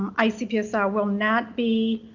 icpsr will not be